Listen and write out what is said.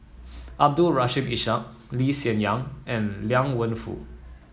Abdul Rahim Ishak Lee Hsien Yang and Liang Wenfu